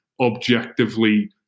objectively